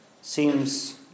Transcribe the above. seems